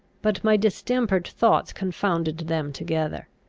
but my distempered thoughts confounded them together.